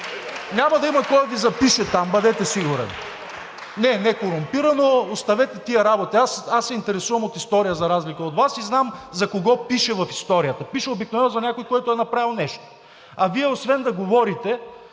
Няма да има кой да Ви запише там, бъдете сигурен. (Реплики от ГЕРБ-СДС.) Не, не корумпирано, оставете тези работи. Аз се интересувам от история, за разлика от Вас, и знам за кого пише в историята. Пише обикновено за някой, който е направил нещо, а Вие, освен да говорите